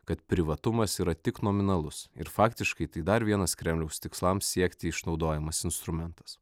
kad privatumas yra tik nominalus ir faktiškai tai dar vienas kremliaus tikslams siekti išnaudojamas instrumentas